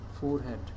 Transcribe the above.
Forehead